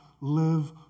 live